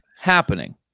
happening